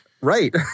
Right